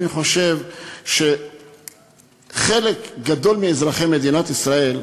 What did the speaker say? אני חושב שחלק גדול מאזרחי מדינת ישראל,